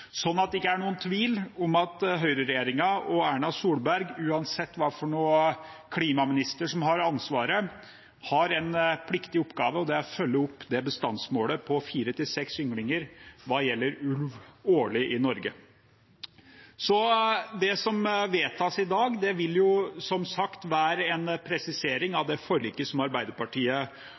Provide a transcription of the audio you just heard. sånn at det ikke er noen tvil om at høyreregjeringen og Erna Solberg, uansett hvilken klimaminister som har ansvaret, har en pliktig oppgave, og det er å følge opp det bestandsmålet på fire–seks ynglinger hva gjelder ulv årlig i Norge. Det som vedtas i dag, vil som sagt være en presisering av det forliket Arbeiderpartiet